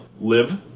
live